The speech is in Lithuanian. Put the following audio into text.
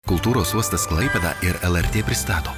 kultūros uostas klaipėda ir lrt pristato